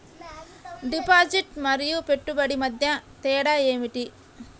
Deposit మరియు పెట్టుబడి మధ్య తేడా ఏమిటి?